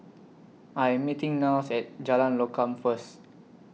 I Am meeting Niles At Jalan Lokam First